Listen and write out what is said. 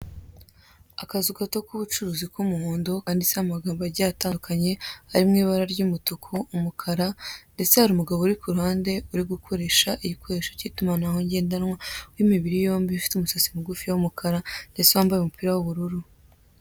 Akazu gato k'ubucuruzi k'umuhondo handitseho amagambo agiye atandukanye ari mu mabara ry'umutuku n'umukara ndetse hari umugabo uri kuruhande uri gukoresha ibikoresho by'itumanaho ngendanwa w'imibiri yombi ufite umusatsi mugufi w'umukara w'ambaye umupira w'ubururu.